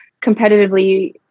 competitively